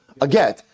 Again